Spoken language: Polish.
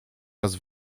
raz